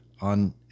on